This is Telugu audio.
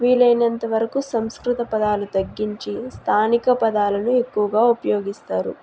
వీలైనంతవరకు సంస్కృత పదాలు తగ్గించి స్థానిక పదాలను ఎక్కువగా ఉపయోగిస్తారు